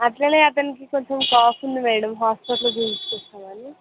అట్లనే అతనికి కొంచం కాఫ్ ఉంది మ్యాడమ్ హాస్పిటల్ల్లో చూపించుకోవాలి అని